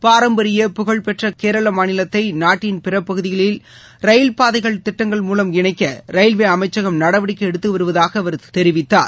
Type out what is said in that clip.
பாரம்பரிய புகழ்பெற்ற கேரள மாநிலத்தை நாட்டின் பிறபகுதிகளில் ரயில்பாதைகள் திட்டங்கள் மூலம் இணைக்க ரயில்வே அமைச்சகம் நடவடிக்கை எடுத்து வருவதாக அவர் தெரிவித்தார்